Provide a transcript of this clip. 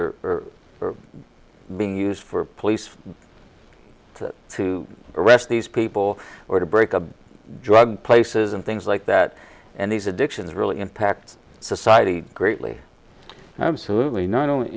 are being used for police to arrest these people or to break up drug places and things like that and these addictions really impacts society greatly absolutely not only